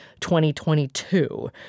2022